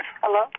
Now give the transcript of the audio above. Hello